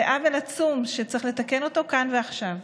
זה עוול עצום שצריך לתקן אותו כאן ועכשיו.